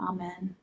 Amen